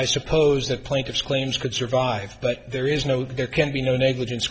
i suppose that plaintiffs claims could survive but there is no there can be no negligence